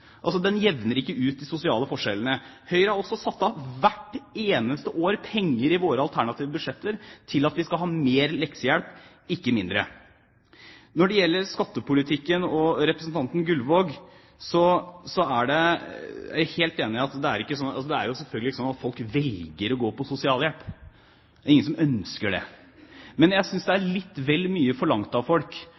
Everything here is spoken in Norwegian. den jevner ikke ut de sosiale forskjellene. Høyre har også hvert eneste år satt av penger i våre alternative budsjetter til at vi skal ha mer leksehjelp, ikke mindre. Når det gjelder skattepolitikken og representanten Gullvåg, er jeg helt enig i at det selvfølgelig ikke er slik at folk velger å gå på sosialhjelp. Det er ingen som ønsker det. Men jeg synes det er litt vel mye forlangt av folk